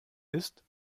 ist